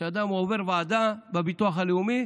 שאדם עובר ועדה בביטוח הלאומי